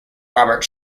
robert